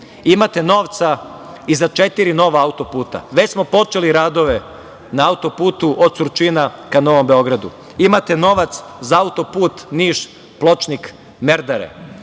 imate novca i za četiri nova autoputa. Već smo počeli radove na autoputu od Surčina ka Novom Beogradu. Imate novac za autoput Niš-Pločnik-Merdare.